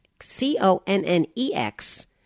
C-O-N-N-E-X